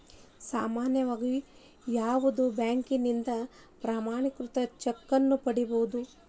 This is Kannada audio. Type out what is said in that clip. ಸಾಮಾನ್ಯವಾಗಿ ಯಾವುದ ಬ್ಯಾಂಕಿನಿಂದ ಪ್ರಮಾಣೇಕೃತ ಚೆಕ್ ನ ಪಡಿಬಹುದು